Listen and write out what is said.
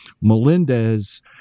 Melendez